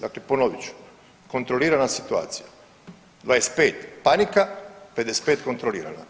Dakle, ponovit ću kontrolirana situacija 25 panika, 55 kontrolirana.